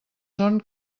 son